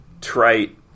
trite